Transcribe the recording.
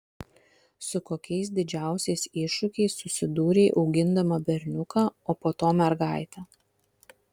su kokiais didžiausiais iššūkiais susidūrei augindama berniuką o po to mergaitę